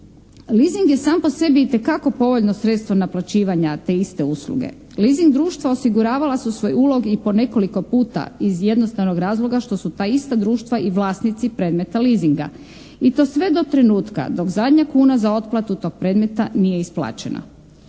Leasing je sam po sebi itekako povoljno sredstvo naplaćivanja te iste usluge. Leasing društva osiguravala su svoj ulog i po nekoliko puta iz jednostavnog razloga što su ta ista društva i vlasnici predmeta leasinga. I to sve do trenutka dok zadnja kuna za otplatu tog predmeta nije isplaćena.